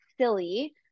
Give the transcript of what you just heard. silly